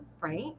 right